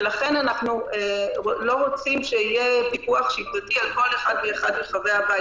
ולכן אנחנו לא רוצים שיהיה פיקוח שיטתי על כל אחד ואחד מחברי הבית,